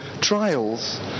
trials